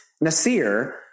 Nasir